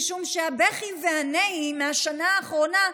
משום שהבכי והנהי מהשנה האחרונה,